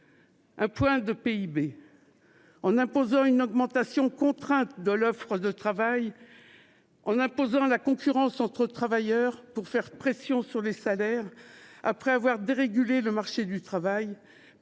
Un point de PIB, en imposant une augmentation contrainte de l'offre de travail et la concurrence entre travailleurs pour faire pression sur les salaires, après avoir dérégulé le marché de l'emploi,